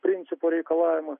principo reikalavimą